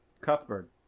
Cuthbert